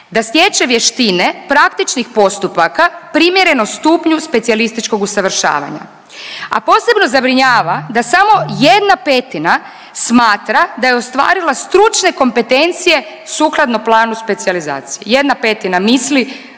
da stječe vještine praktičkih postupaka primjereno stupnju specijalističkog usavršavanja. A posebno zabrinjava da samo jedna petina smatra da je ostvarila stručne kompetencije sukladno planu specijalizacije, jedina petina misli